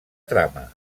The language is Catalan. trama